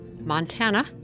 Montana